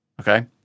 okay